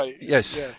Yes